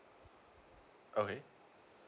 okay